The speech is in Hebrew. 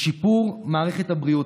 לשיפור מערכת הבריאות.